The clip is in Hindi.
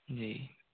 जी